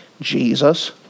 Jesus